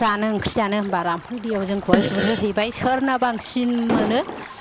माबा ना ओंख्रि जानो मानो होनबा रामफल दैआव जोंखौहाय गुरहोहैबाय सोरना बांसिन मोनो